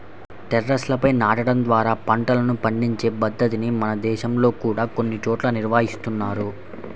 టెర్రస్లపై నాటడం ద్వారా పంటలను పండించే పద్ధతిని మన దేశంలో కూడా కొన్ని చోట్ల నిర్వహిస్తున్నారు